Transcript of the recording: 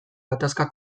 gatazka